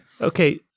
Okay